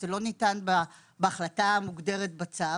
לא ניתן בהחלטה המוגדרת בצו,